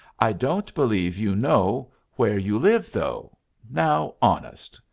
i don't believe you know where you live, though now, honest!